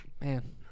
Man